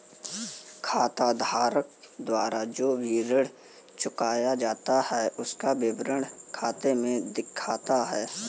खाताधारक द्वारा जो भी ऋण चुकाया जाता है उसका विवरण खाते में दिखता है